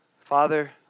Father